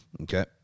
Okay